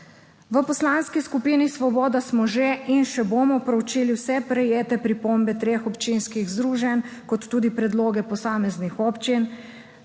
V Poslanski skupini Svoboda smo že in še bomo proučili vse prejete pripombe treh občinskih združenj ter tudi predloge posameznih občin.